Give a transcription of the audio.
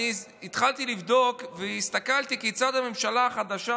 התחלתי לבדוק והסתכלתי כיצד הממשלה החדשה,